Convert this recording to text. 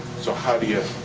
so how do you.